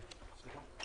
אז תעבדו על זה מהיום.